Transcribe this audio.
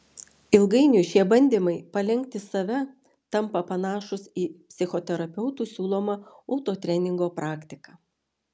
ilgainiui šie bandymai palenkti save tampa panašūs į psichoterapeutų siūlomą autotreningo praktiką